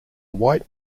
white